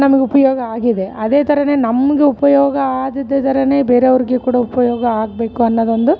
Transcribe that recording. ನಮ್ಗೆ ಉಪಯೋಗ ಆಗಿದೆ ಅದೇ ಥರಾನೇ ನಮ್ಗೆ ಉಪಯೋಗ ಆದುದುದರನೆ ಬೇರೆ ಅವ್ರಿಗೆ ಕೂಡ ಉಪಯೋಗ ಆಗಬೇಕು ಅನ್ನೋದೊಂದು